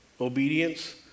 obedience